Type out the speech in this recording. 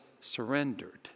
surrendered